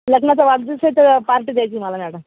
लग्नाचा वाढदिवस आहे तर पार्टी द्यायची आहे मला मॅडम